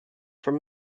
from